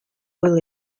было